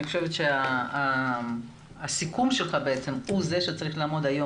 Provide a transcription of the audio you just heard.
אני חושבת שהסיכום שלך הוא זה שצריך לעמוד היום